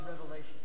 revelation